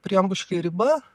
priėjom kažkokią ribą